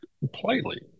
completely